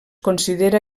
considera